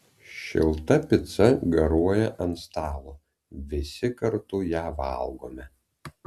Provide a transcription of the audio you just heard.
šilta pica garuoja ant stalo visi kartu ją valgome